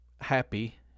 happy